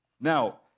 Now